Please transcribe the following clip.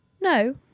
no